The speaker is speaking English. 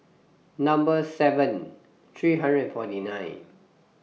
Number seven three hundred and forty nine